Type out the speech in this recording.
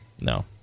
no